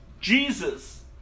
Jesus